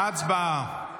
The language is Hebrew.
הצבעה.